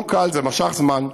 לא קל, זה נמשך זמן.